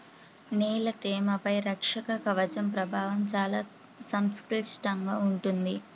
నేల తేమపై రక్షక కవచం ప్రభావం చాలా సంక్లిష్టంగా ఉంటుంది